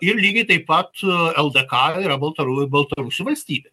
o ir lygiai taip pat ldk yra baltaru baltarusių valstybė